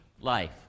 life